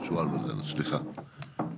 סליחה,